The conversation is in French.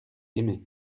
aimé